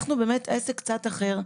אנחנו עסק קצת אחר.